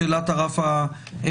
שאלת הרף הפלילי.